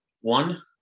one